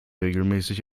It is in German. regelmäßig